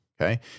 okay